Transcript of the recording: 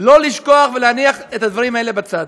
לא לשכוח ולהניח את הדברים האלה בצד.